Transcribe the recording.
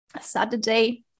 Saturday